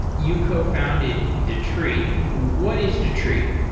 you cofounded datree. what is datree?